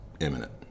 imminent